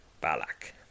Balak